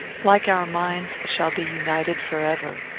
like our minds, shall be united forever.